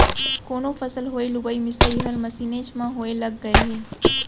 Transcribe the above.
कोनो फसल होय लुवई मिसई हर मसीनेच म होय लग गय हे